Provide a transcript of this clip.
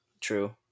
true